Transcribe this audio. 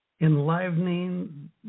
enlivening